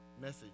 message